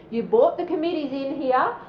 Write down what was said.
you bought the committees in here,